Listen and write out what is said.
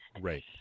Right